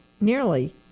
nearly